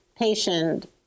patient